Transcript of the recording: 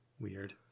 Weird